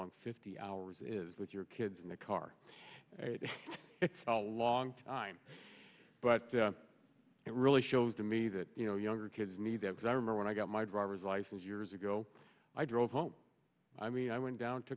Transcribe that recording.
long fifty hours is with your kids in the car it's a long time but it really shows to me that you know younger kids need that i remember when i got my driver's license years ago i drove home i mean i went down to